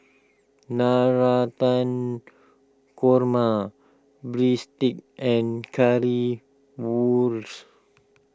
Navratan Korma Breadsticks and Currywurst